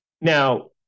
Now